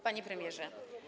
Panie Premierze!